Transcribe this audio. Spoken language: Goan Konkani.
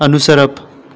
अनुसरप